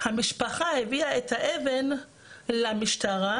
המשפחה הביאה את האבן למשטרה,